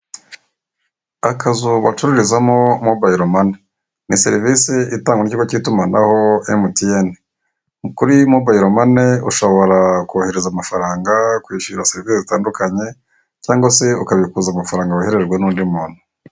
Akazu bacururiza mobile mane. Ni serivisi itangwa n'ikigo cy'itumanaho MTN. kuri mobile mane ushoboka kohereza amafaranga, kwishyura serivisi zitandukanye cyangwa se ukabikuza amafaranga wohererejwe n'undi muntu.